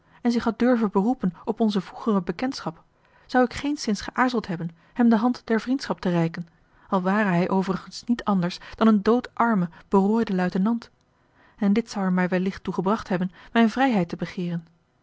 en zich had durven beroepen op onze vroegere bekendschap zou ik geenszins geaarzeld hebben hem de hand der vriendschap te reiken al ware hij overigens niet anders dan een doodarme berooide luitenant en dit zou er mij wellicht toe gebracht hebben mijne vrijheid te begeeren